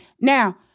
Now